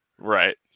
Right